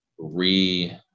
re